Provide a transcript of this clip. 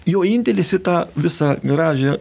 jo indėlis į tą visą gražią